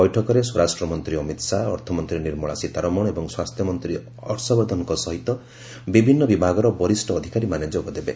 ବୈଠକରେ ସ୍ୱରାଷ୍ଟ୍ରମନ୍ତ୍ରୀ ଅମିତ ଶାହା ଅର୍ଥମନ୍ତ୍ରୀ ନିର୍ମଳା ସୀତାରମଣ ଏବଂ ସ୍ୱାସ୍ଥ୍ୟମନ୍ତ୍ରୀ ହର୍ଷବର୍ଦ୍ଧନଙ୍କ ସମେତ ବିଭିନ୍ନ ବିଭାଗର ବରିଷ୍ଠ ଅଧିକାରୀମାନେ ଯୋଗଦେବେ